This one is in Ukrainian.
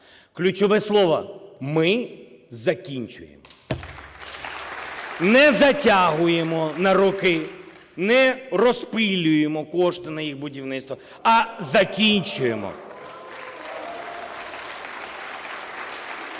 Ключове слово: "ми закінчуємо". Не затягуємо на роки, не "розпилюємо" кошти на їх будівництво, а закінчуємо. Якісно,